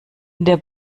der